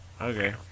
Okay